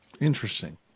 Interesting